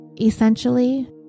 Essentially